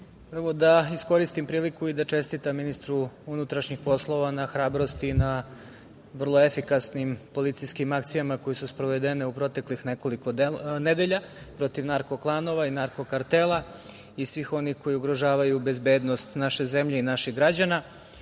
prvo da iskoristim priliku i da čestitam ministru unutrašnjih poslova na hrabrosti i na vrlo efikasnim policijskom akcijama koje su sprovedene u proteklih nekoliko nedelja protiv narko klanova i narko kartela i svih onih koji ugrožavaju bezbednost naše zemlje i naših građana. Ja